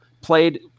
played